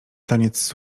taniec